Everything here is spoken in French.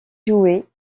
jouait